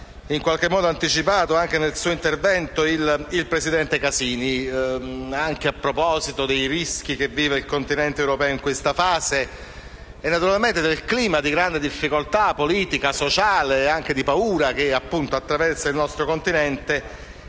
in qualche modo anticipato nel suo intervento il presidente Casini, a proposito dei rischi che vive il continente europeo in questa fase e naturalmente del clima di grande difficoltà politica e sociale e anche di paura che attraversa il nostro continente